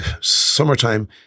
summertime